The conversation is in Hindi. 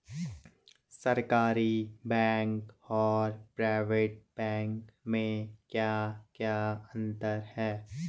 सरकारी बैंक और प्राइवेट बैंक में क्या क्या अंतर हैं?